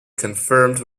confirmed